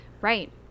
right